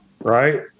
Right